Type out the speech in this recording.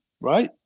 Right